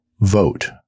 vote